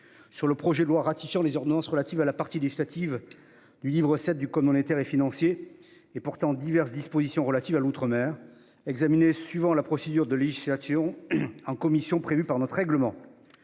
sur le projet de loi ratifiant les ordonnances relatives à la partie législative du livre VII du code monétaire et financier et portant diverses dispositions relatives à l'outre-mer, examiné suivant la procédure de législation en commission prévue par notre règlement.